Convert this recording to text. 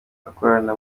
bakorana